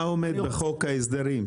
מה עומד בחוק ההסדרים?